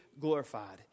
glorified